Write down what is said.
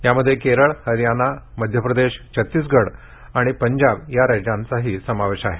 यामध्ये केरळ हरियाणा मध्यप्रदेश छतीसगड आणि पंजाब या राज्यांचाही समावेश आहे